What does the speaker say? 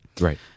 Right